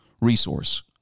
resource